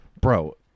Bro